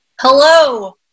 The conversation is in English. Hello